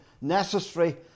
necessary